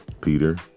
peter